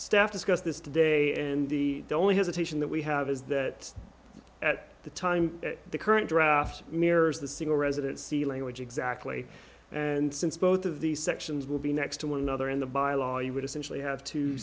staff discussed this today and the only hesitation that we have is that at the time the current draft mirrors the single resident ceiling which exactly and since both of these sections will be next to one another in the by law you would essentially have two